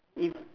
if